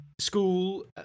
School